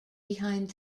behind